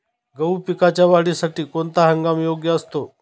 गहू पिकाच्या वाढीसाठी कोणता हंगाम योग्य असतो?